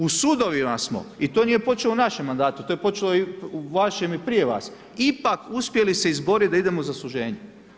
U sudovima smo, i to nije počelo u našem mandatu, to je počelo u vašem i prije vas, ipak uspjeli se izboriti da idemo za suženje.